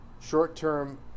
short-term